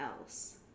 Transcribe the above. else